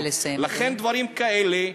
לכן, דברים כאלה,